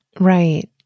Right